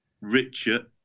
Richard